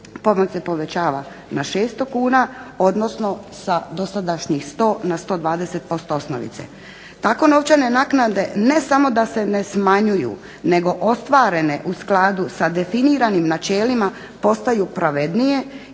pomoć se povećava na 600 kn, odnosno sa dosadašnjih 100 na 120% osnovice. Tako novčane naknade ne samo da se ne smanjuju nego ostvarene u skladu sa definiranim načelima postaju pravednije i ostvarivat